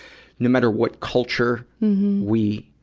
no matter what culture we